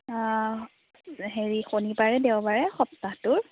শনিবাৰে দেওবাৰ সপ্তাহটোত